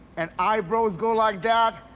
and eyebrows go like that,